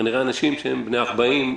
כנראה אנשים שהם בני 40,